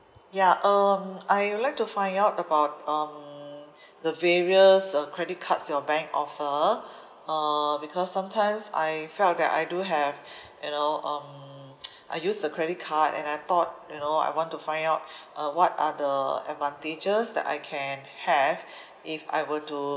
ya um I would like to find out about um the various uh credit cards your bank offer uh because sometimes I felt that I do have you know um I use the credit card and I thought you know I want to find out uh what are the advantages that I can have if I were to